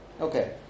Okay